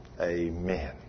amen